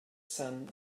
son